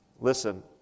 listen